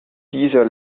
dieser